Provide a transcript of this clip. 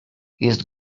jest